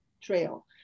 trail